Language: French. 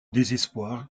désespoir